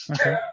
Okay